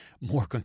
more